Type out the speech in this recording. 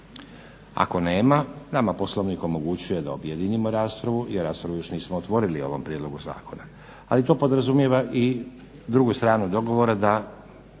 Ako nema nama Poslovnik omogućuje da objedinimo raspravu jer raspravu još nismo otvorili o ovom prijedlogu zakona. Ali to podrazumijeva i drugu stranu dogovora, da